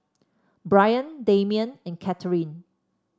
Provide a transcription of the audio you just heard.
Bryan Damian and Katharine